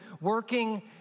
working